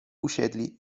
usiedli